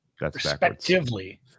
Respectively